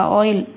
oil